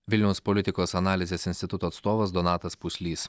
vilniaus politikos analizės instituto atstovas donatas puslys